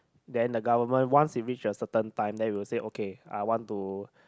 then the government once it reach a certain time then it will say okay I want to